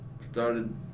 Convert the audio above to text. started